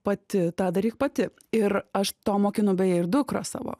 pati tą daryk pati ir aš to mokinu beje ir dukrą savo